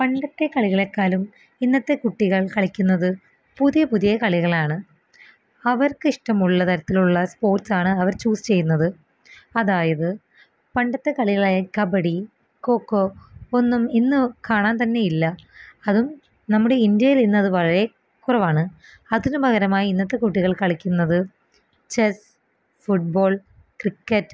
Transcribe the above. പണ്ടത്തെ കളികളെക്കാളും ഇന്നത്തെ കുട്ടികള് കളിക്കുന്നത് പുതിയ പുതിയ കളികളാണ് അവര്ക്കിഷ്ടമുള്ള തരത്തിലുള്ള സ്പോര്ട്സ് ആണ് അവര് ചൂസ് ചെയ്യുന്നത് അതായത് പണ്ടത്തെ കളികളായ കബഡി കൊക്കൊ ഒന്നും ഇന്ന് കാണാന് തന്നെ ഇല്ല അതും നമ്മുടെ ഇന്ത്യയിലിന്നത് വളരെ കുറവാണ് അതിനുപകരമായി ഇന്നത്തെ കുട്ടികള് കളിക്കുന്നത് ചെസ്സ് ഫുട്ബോള് ക്രിക്കറ്റ്